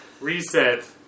Reset